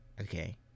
okay